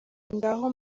ngaho